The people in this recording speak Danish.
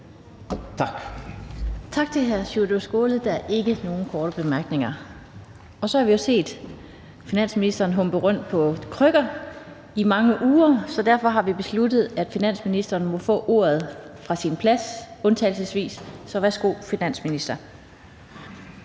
Tak til hr. Sjúrður Skaale. Der er ikke nogen korte bemærkninger. Og så har vi jo set finansministeren humpe rundt på krykker i mange uger, og derfor har vi besluttet, at finansministeren undtagelsesvis må få ordet fra sin plads. Så værsgo til finansministeren.